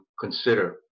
consider